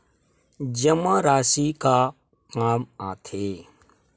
जमा राशि का काम आथे?